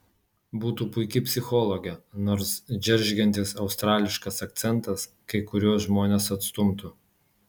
būtų puiki psichologė nors džeržgiantis australiškas akcentas kai kuriuos žmones atstumtų